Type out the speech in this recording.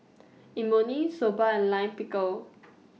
Imoni Soba and Lime Pickle